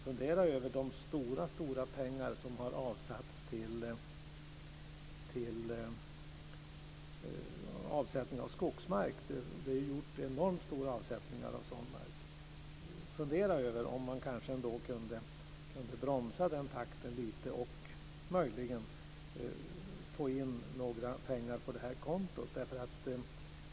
Fundera över de stora pengar som har avsatts till avsättning av skogsmark! Det är enormt stora avsättningar som har gjorts av sådan mark. Fundera över om man kanske ändå kunde bromsa den takten lite och möjligen få in några pengar på det här kontot.